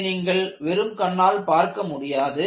இதை நீங்கள் வெறும் கண்ணால் பார்க்க முடியாது